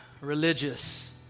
religious